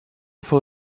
for